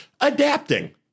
adapting